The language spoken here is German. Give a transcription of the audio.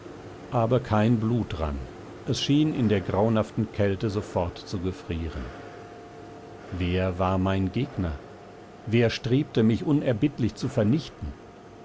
aber kein blut rann es schien in der grauenhaften kälte sofort zu gefrieren wer war mein gegner wer strebte mich unerbittlich zu vernichten